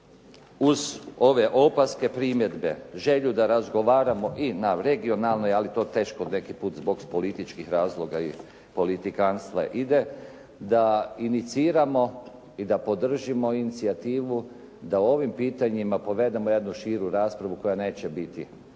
uz ove opaske, primjedbe, želju da razgovaramo i na regionalnoj, ali to teško neki puta zbog političkih razloga i politikantstva ide, da iniciramo i da podržimo inicijativu da o ovim pitanjima povedemo jednu širu raspravu koja neće biti